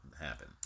happen